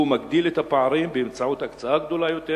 הוא מגדיל את הפערים באמצעות הקצאה גדולה יותר